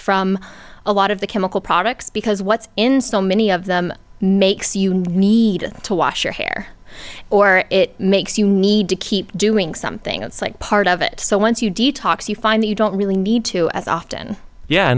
from a lot of the chemical products because what's in still many of them makes you need to wash your hair or it makes you need to keep doing something it's like part of it so once you detox you find that you don't really need to as often yeah